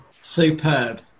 Superb